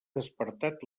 despertat